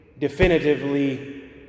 definitively